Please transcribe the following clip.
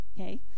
Okay